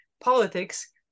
politics